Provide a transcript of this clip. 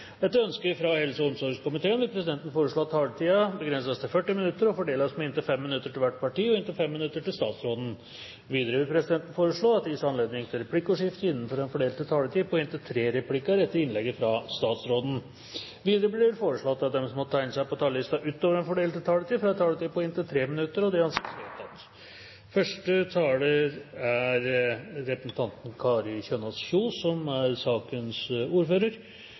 Etter ønske fra helse- og omsorgskomiteen vil presidenten foreslå at taletiden begrenses til 40 minutter og fordeles med inntil 5 minutter til hvert parti og inntil 5 minutter til statsråden. Videre vil presidenten foreslå at det gis anledning til replikkordskifte på inntil tre replikker med svar etter innlegget fra statsråden innenfor den fordelte taletiden. Videre blir det foreslått at de som måtte tegne seg på talerlisten utover den fordelte taletid, får en taletid på inntil 3 minutter. – Det anses vedtatt. Stortinget skal nå behandle forslag fra representantene Jon Jæger Gåsvatn, Morten Stordalen og Kari Kjønaas